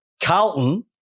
Carlton